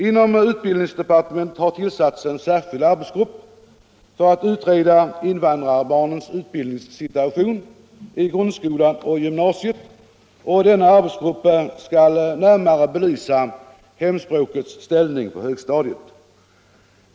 Inom utbildningsdepartementet har tillsatts en särskild arbetsgrupp för att utreda invandrarbarnens utbildningssituation i grundskolan och gymnasiet, och den arbetsgruppen skall närmare belysa hemspråkets ställning på högstadiet.